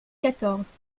quatorze